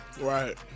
Right